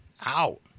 out